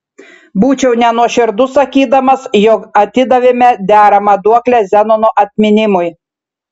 būčiau nenuoširdus sakydamas jog atidavėme deramą duoklę zenono atminimui